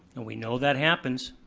and we know that happens,